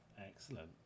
Excellent